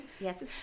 Yes